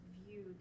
view